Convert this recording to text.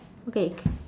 okay